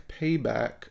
payback